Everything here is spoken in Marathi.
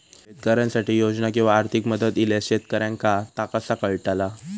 शेतकऱ्यांसाठी योजना किंवा आर्थिक मदत इल्यास शेतकऱ्यांका ता कसा कळतला?